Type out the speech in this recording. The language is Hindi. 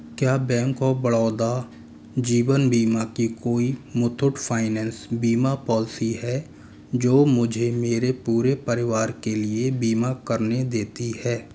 क्या बैंक ऑफ़ बड़ौदा जीवन बीमा की कोई मुथूट फाइनेंस बीमा पॉलिसी है जो मुझे मेरे पूरे परिवार के लिए बीमा करने देती है